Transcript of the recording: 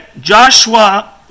Joshua